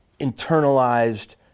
internalized